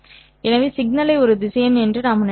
எனவே சிக்னலை ஒரு திசையன் என்று நாம் நினைக்கலாம்